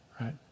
right